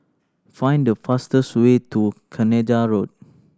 find the fastest way to Canada Road